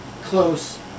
close